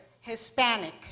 Hispanic